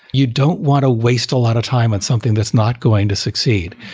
you don't want to waste a lot of time on something that's not going to succeed.